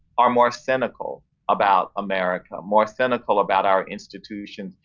are more cynical about america, more cynical about our institutions,